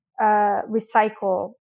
recycle